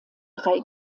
drei